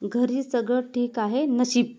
घरी सगळं ठीक आहे नशीब